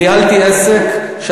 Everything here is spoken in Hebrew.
ניהלתי עסק, גם אני ניהלתי עסק.